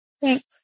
Thanks